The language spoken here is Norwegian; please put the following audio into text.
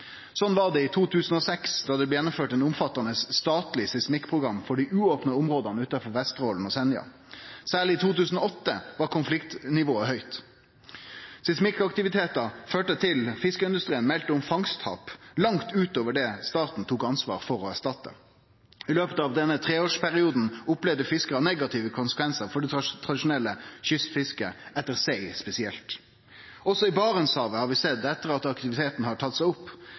det i 2006 blei gjennomført eit omfattande statleg seismikkprogram for dei uopna områda utanfor Vesterålen og Senja – særleg i 2008 var konfliktnivået høgt. Seismikkaktivitetar førte til at fiskeindustrien melde om fangsttap langt utover det staten tok ansvar for å erstatte. I løpet av denne treårsperioden opplevde fiskarane negative konsekvensar for det tradisjonelle kystfisket – etter sei, spesielt. Også i Barentshavet har vi sett, etter at aktiviteten har tatt seg opp,